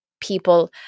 people